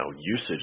usage